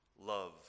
love